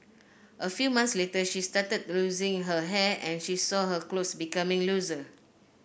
a few months later she started losing her hair and she saw her clothes becoming looser